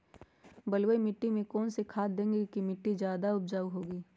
बलुई मिट्टी में कौन कौन से खाद देगें की मिट्टी ज्यादा उपजाऊ होगी?